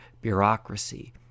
bureaucracy